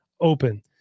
open